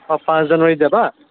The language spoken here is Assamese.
অঁ পাঁচ জানুৱাৰীত যাবা